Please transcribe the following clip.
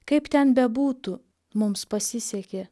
kaip ten bebūtų mums pasisekė